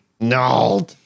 No